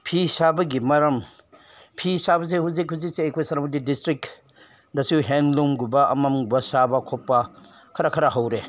ꯐꯤ ꯁꯥꯕꯒꯤ ꯃꯔꯝ ꯐꯤ ꯁꯥꯕꯁꯦ ꯍꯧꯖꯤꯛ ꯍꯧꯖꯤꯛꯁꯦ ꯑꯩꯈꯣꯏ ꯁꯦꯅꯥꯄꯇꯤ ꯗꯤꯁꯇ꯭ꯔꯤꯛꯗꯁꯨ ꯍꯦꯟꯂꯨꯝꯒꯨꯝꯕ ꯑꯃꯒꯨꯝꯕ ꯁꯥꯕ ꯈꯣꯠꯄ ꯈꯔ ꯈꯔ ꯍꯧꯔꯦ